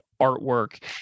artwork